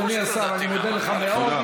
אדוני השר, אני מודה לך מאוד.